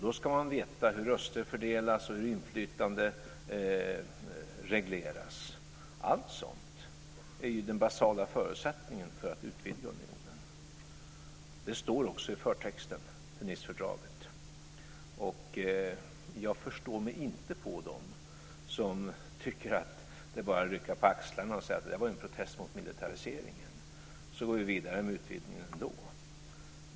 Då ska man veta hur röster fördelas och hur inflytande regleras. Allt sådant är basala förutsättningar för att utvidga unionen. Det står också i förtexten till Nicefördraget. Jag förstår mig inte på dem som tycker att det bara är att rycka på axlarna och säga att det var en protest mot militariseringen och gå vidare med utvidgningen ändå.